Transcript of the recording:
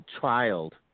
child